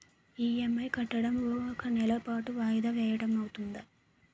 EMI కట్టడం ఒక నెల పాటు వాయిదా వేయటం అవ్తుందా?